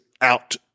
out